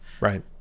Right